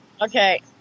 Okay